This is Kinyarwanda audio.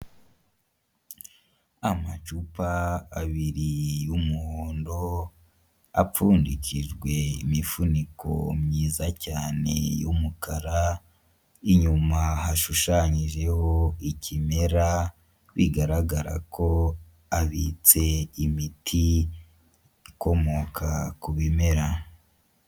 Amacupa abiri y'umuhondo, apfundikijwe imifuniko myiza cyane y'umukara, inyuma hashushanyijeho ikimera, bigaragara ko abitse imiti ikomoka ku bimera.